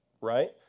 right